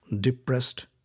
Depressed